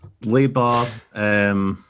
labour